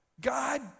God